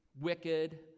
wicked